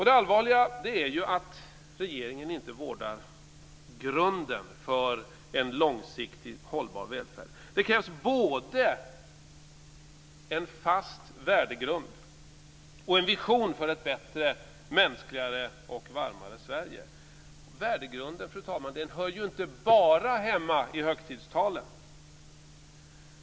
Det allvarliga är att regeringen inte vårdar grunden för en långsiktigt hållbar välfärd. Det krävs både en fast värdegrund och en vision för ett bättre, mänskligare och varmare Sverige. Värdegrunden, fru talman, hör inte bara hemma i högtidstalen.